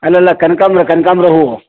ಅಲ್ಲಲ್ಲ ಕನಕಾಂಬ್ರ ಕನಕಾಂಬ್ರ ಹೂವು